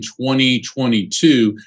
2022